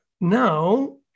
now